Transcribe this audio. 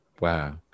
Wow